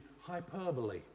hyperbole